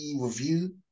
review